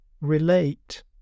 relate